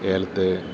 ഏലത്തെ